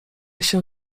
się